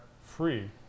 free